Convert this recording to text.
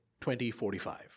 2045